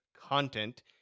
content